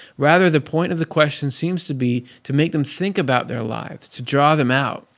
rather, the point of the question seems to be to make them think about their lives, to draw them out.